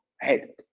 head